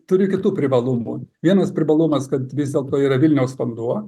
turi kitų privalumų vienas privalumas kad vis dėlto yra vilniaus vanduo